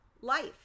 life